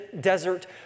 desert